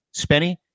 Spenny